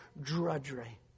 drudgery